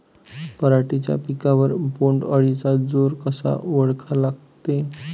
पराटीच्या पिकावर बोण्ड अळीचा जोर कसा ओळखा लागते?